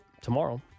Tomorrow